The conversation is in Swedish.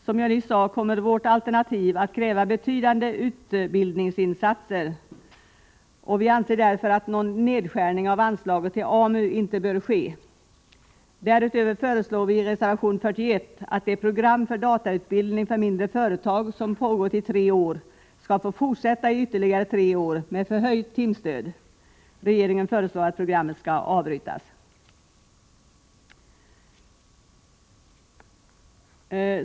Som jag nyss sade kommer värt alternativ att kräva betydande utbildningsinsatser. Vi anser därför att någon nedskärning av anslaget till AMU inte bör ske. Därutöver föreslar vi i reservation 41 att det program för datautbildning för mindre företag som pågått i tre år skall få fortsätta i ytterligare tre år med förhöjt timstöd. Regeringen föreslår att programmet skall avbrytas.